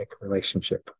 relationship